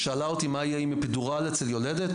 היא שאלה אותי מה יהיה עם אפידורל אצל יולדת,